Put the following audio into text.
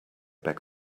back